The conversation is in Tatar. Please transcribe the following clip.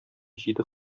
җиде